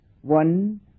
one